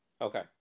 Okay